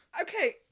Okay